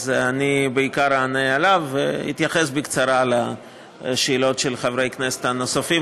אז אני אענה בעיקר עליה ואתייחס בקצרה לשאלות של חברי הכנסת הנוספים,